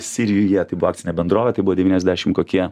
sirijuje tai buvo akcinė bendrovė tai buvo devyniasdešim kokie